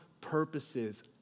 purposes